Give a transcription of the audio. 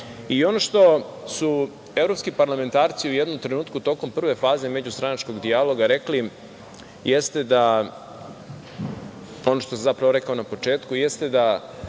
što su evropski parlamentarci u jednom trenutku tokom prve faze međustranačkog dijaloga rekli, ono što sam zapravo rekao na početku, jeste da